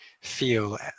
feel